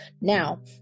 Now